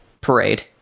parade